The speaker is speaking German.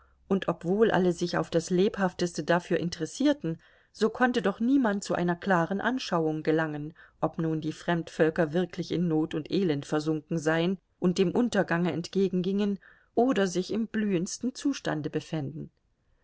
und obwohl alle sich auf das lebhafteste dafür interessierten so konnte doch niemand zu einer klaren anschauung gelangen ob nun die fremdvölker wirklich in not und elend versunken seien und dem untergange entgegengingen oder sich im blühendsten zustande befänden